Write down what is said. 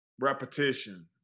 Repetition